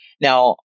Now